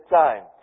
time